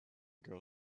girl